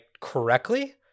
correctly